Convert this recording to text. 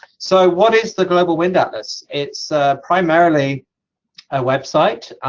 so, what is the global wind atlas? it's primarily a website,